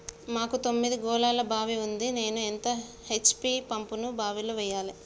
మాకు తొమ్మిది గోళాల బావి ఉంది నేను ఎంత హెచ్.పి పంపును బావిలో వెయ్యాలే?